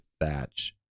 thatch